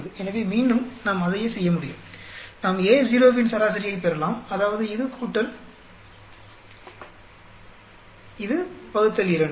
எனவே மீண்டும் நாம் அதையே செய்ய முடியும் நாம் Ao இன் சராசரியைப் பெறலாம் அதாவது இது கூட்டல் வகுத்தல் இரண்டு